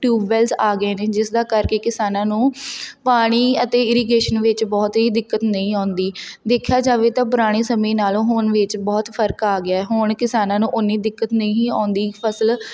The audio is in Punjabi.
ਟਿਊਬਵੈੱਲਜ ਆ ਗਏ ਨੇ ਜਿਸ ਦਾ ਕਰਕੇ ਕਿਸਾਨਾਂ ਨੂੰ ਪਾਣੀ ਅਤੇ ਇਰੀਗੇਸ਼ਨ ਵਿੱਚ ਬਹੁਤ ਹੀ ਦਿੱਕਤ ਨਹੀਂ ਆਉਂਦੀ ਦੇਖਿਆ ਜਾਵੇ ਤਾਂ ਪੁਰਾਣੇ ਸਮੇਂ ਨਾਲੋਂ ਹੁਣ ਵਿੱਚ ਬਹੁਤ ਫਰਕ ਆ ਗਿਆ ਹੁਣ ਕਿਸਾਨਾਂ ਨੂੰ ਉਨੀ ਦਿੱਕਤ ਨਹੀਂ ਆਉਂਦੀ ਫਸਲ